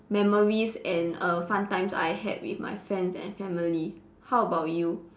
memories and err fun times I had with my friends and family how about you